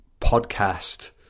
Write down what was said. podcast